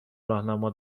راهنما